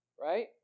right